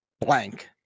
Blank